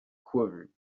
quivered